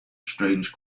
strange